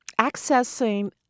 accessing